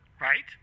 right